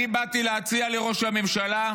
אני באתי להציע לראש הממשלה,